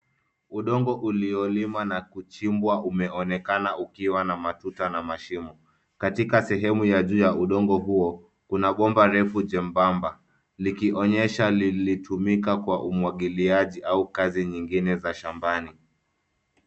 Udongo uliolimwa na kuchimbwa umeonekana ukiwa na matuta na mashimo. Katika sehemu ya juu ya udongo huo kuna bomba refu jembamba likionyesha lilitumika kwa umwagiliaji au kazi nyingine za shambani.